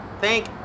Thank